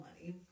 money